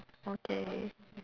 okay